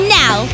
now